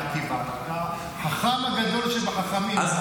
חכם הגדול שבחכמים,